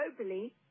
globally